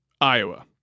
Iowa